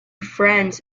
friends